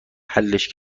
حلش